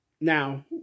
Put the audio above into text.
Now